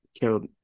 killed